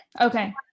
okay